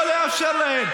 לא לאפשר להן,